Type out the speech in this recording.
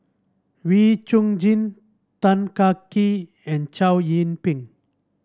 Wee Chong Jin Tan Kah Kee and Chow Yian Ping